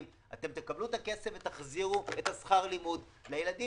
שהם יקבלו את הכסף ויחזירו את שכר הלימוד לילדים.